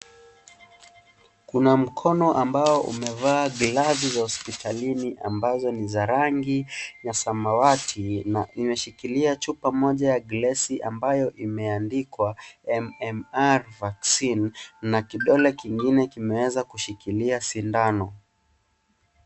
Kuna mkono ambao umevaa glavu za hospitalini ambazo ni za rangi ya samawati na imeshikilia chupa moja ya glasi ambayo imeandikwa MMR Vaccine na kidole kingine kimeeza kushikilia sindano.